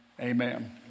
amen